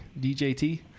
DJT